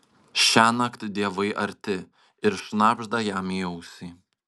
šiąnakt dievai arti ir šnabžda jam į ausį